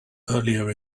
earlier